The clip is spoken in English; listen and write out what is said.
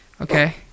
Okay